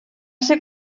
ser